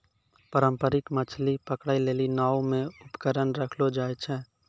पारंपरिक मछली पकड़ै लेली नांव मे उपकरण रखलो जाय छै